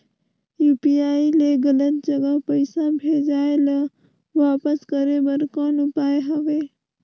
UPI ले गलत जगह पईसा भेजाय ल वापस करे बर कौन उपाय हवय?